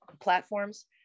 platforms